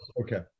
Okay